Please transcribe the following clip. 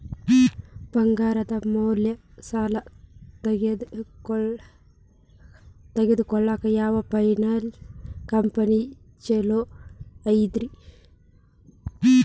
ಬಂಗಾರದ ಮ್ಯಾಲೆ ಸಾಲ ತಗೊಳಾಕ ಯಾವ್ ಫೈನಾನ್ಸ್ ಕಂಪನಿ ಛೊಲೊ ಐತ್ರಿ?